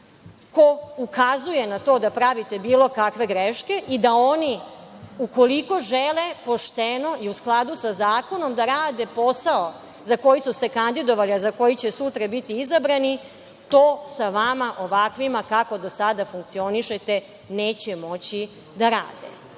ko ukazuje na to da pravite bilo kakve greške i da oni ukoliko žele pošteno i u skladu sa zakonom da rade posao za koju su se kandidovali, a za koji će sutra biti izabrani, to sa vama ovakvima kako do sada funkcionišete neće moći da rade. Te